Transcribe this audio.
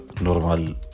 normal